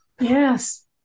Yes